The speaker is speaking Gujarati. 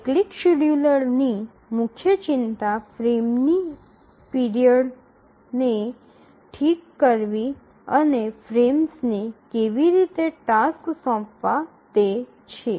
સાયક્લિક શેડ્યૂલર ની મુખ્ય ચિંતા ફ્રેમની અવધિને ઠીક કરવી અને ફ્રેમ્સને કેવી રીતે ટાસક્સ સોંપવા તે છે